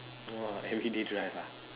!wah! everyday drive ah